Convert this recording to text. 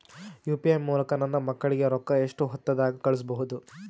UPI ಮೂಲಕ ನನ್ನ ಮಕ್ಕಳಿಗ ರೊಕ್ಕ ಎಷ್ಟ ಹೊತ್ತದಾಗ ಕಳಸಬಹುದು?